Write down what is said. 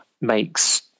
makes